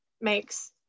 makes